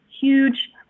huge